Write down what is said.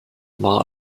war